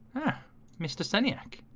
ah mr. sunny ack